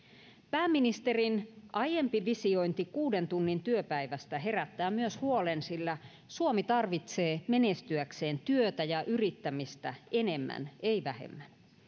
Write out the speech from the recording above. pääministerin aiempi visiointi kuuden tunnin työpäivästä herättää myös huolen sillä suomi tarvitsee menestyäkseen työtä ja yrittämistä enemmän ei vähemmän